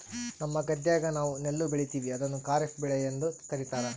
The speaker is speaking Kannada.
ನಮ್ಮ ಗದ್ದೆಗ ನಾವು ನೆಲ್ಲು ಬೆಳೀತೀವಿ, ಅದನ್ನು ಖಾರಿಫ್ ಬೆಳೆಯೆಂದು ಕರಿತಾರಾ